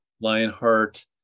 Lionheart